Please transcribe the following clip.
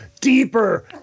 deeper